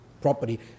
property